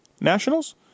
Nationals